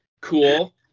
cool